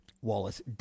Wallace